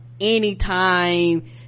anytime